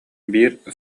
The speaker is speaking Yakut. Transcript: биир